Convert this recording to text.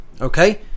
Okay